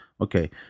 Okay